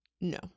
No